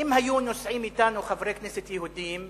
שאם היו נוסעים אתנו חברי כנסת יהודים,